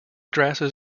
grasses